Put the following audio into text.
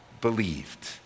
believed